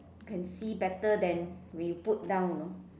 can see better than when you put down you know